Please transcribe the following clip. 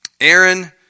Aaron